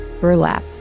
burlap